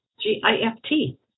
G-I-F-T